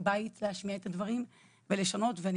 כיושב-ראש ועדת עבודה ורווחה, ואני